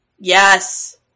Yes